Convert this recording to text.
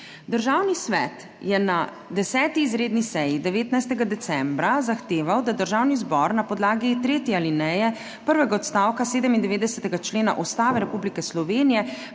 Državni svet je na 10. izredni seji 19. decembra zahteval, da Državni zbor na podlagi tretje alineje prvega odstavka 97. člena Ustave Republike Slovenije